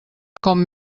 com